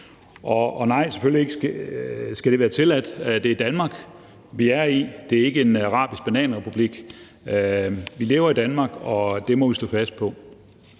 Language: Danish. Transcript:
Og nej, selvfølgelig skal det ikke være tilladt. Det er Danmark, vi er i, det er ikke en arabisk bananrepublik. Vi lever i Danmark, og det må vi stå fast på.